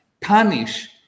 punish